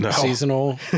seasonal